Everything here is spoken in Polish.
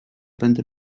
będę